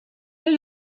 new